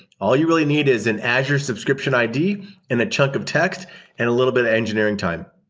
all you really need is an azure subscription id and a chunk of text and a little bit of engineering time.